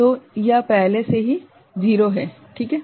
तो यह पहले से ही 0 है ठीक है